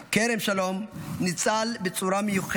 כרם שלום ניצל בצורה מיוחדת.